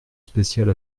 spéciale